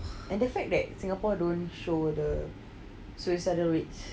and the fact that singapore don't show the suicidal rates